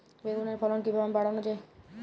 বেগুনের ফলন কিভাবে বাড়ানো যায়?